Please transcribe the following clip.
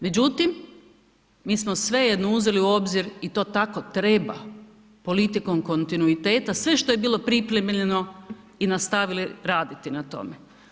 Međutim, mi smo svejedno uzeli u obzir i to tako treba politikom kontinuiteta sve što bilo pripremljeno i nastavili raditi na tome.